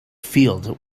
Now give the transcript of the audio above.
field